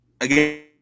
again